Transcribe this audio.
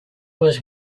was